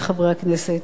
אני קוראת לכם,